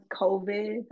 COVID